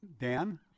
Dan